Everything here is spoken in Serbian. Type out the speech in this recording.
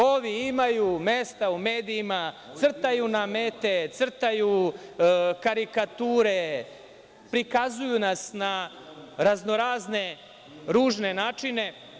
Ovi imaju mesta u medijima, crtaju nam mete, crtaju karikature, prikazuju nas na razno razne ružne načine.